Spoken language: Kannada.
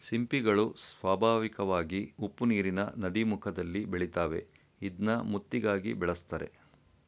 ಸಿಂಪಿಗಳು ಸ್ವಾಭಾವಿಕವಾಗಿ ಉಪ್ಪುನೀರಿನ ನದೀಮುಖದಲ್ಲಿ ಬೆಳಿತಾವೆ ಇದ್ನ ಮುತ್ತಿಗಾಗಿ ಬೆಳೆಸ್ತರೆ